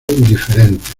diferentes